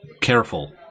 careful